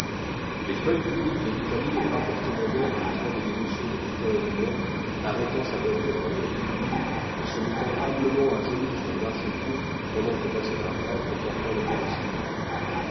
les feuilles publiques de l'italie ont rapporté naguère le de la dévotion de victor emmanuel arrêtant sa voiture dans les rues d'une ville et se mettant humblement à genoux sur le marchepied pendant que passait un prêtre portant l'eucharistie